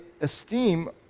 esteem